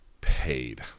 paid